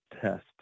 test